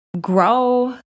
grow